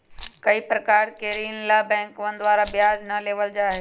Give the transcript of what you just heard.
कई प्रकार के ऋण ला बैंकवन द्वारा ब्याज ना लेबल जाहई